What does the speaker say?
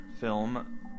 film